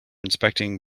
inspecting